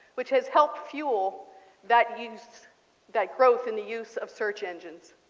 which has helped fuel that use that growth in the use of search engines.